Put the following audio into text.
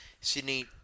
Sydney